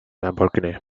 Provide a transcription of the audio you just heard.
lamborghini